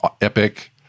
epic